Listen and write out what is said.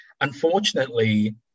unfortunately